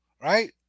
right